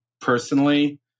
Personally